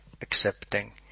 accepting